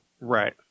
Right